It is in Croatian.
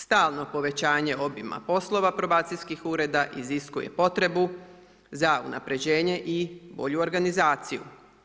Stalno povećanje obima poslova probacijskih ureda iziskuje potrebu za unapređenje i bolju organizaciju.